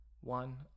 one